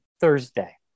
Thursday